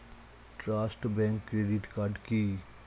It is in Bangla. ট্রাস্ট ব্যাংক ক্রেডিট কার্ড কি?